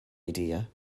idea